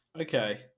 Okay